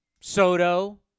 Soto